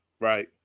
right